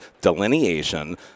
delineation